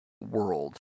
world